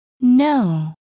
no